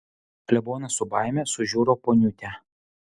klebonas su baime sužiuro poniutę